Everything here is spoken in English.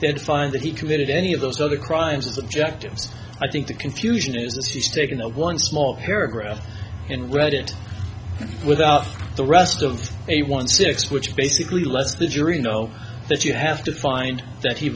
did find that he committed any of those other crimes objectives i think the confusion is he's taken one small paragraph and read it without the rest of a one six which basically lets the jury know that you have to find that he